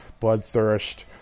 bloodthirst